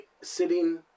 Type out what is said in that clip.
sitting